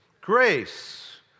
grace